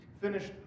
finished